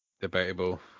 debatable